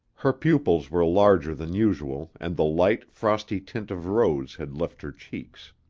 her pupils were larger than usual and the light, frosty tint of rose had left her cheeks.